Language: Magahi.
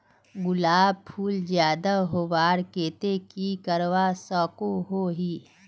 गुलाब फूल ज्यादा होबार केते की करवा सकोहो ही?